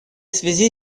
связи